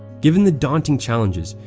given the daunting challenges,